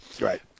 Right